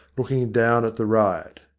looking down at the riot.